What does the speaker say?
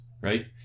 Right